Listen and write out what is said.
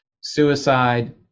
suicide